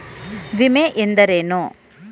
ವಿಮೆ ಎಂದರೇನು?